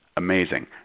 Amazing